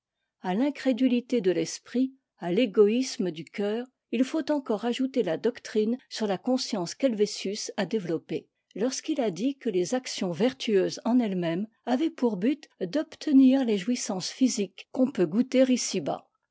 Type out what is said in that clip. incrédu ité de l'esprit à i égoïsme du cœur il faut encore ajouter la doctrine sur la conscience qu'helvétius a développée lorsqu'il a disque les actions vertueuses en elles-mêmes avaient pour but d'obtenir les jouissances physiques qu'on peut goûter ici-bas